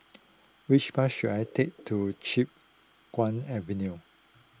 which bus should I take to Chiap Guan Avenue